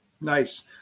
Nice